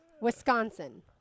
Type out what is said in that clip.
Wisconsin